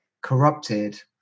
corrupted